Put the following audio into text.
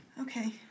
Okay